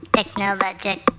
Technologic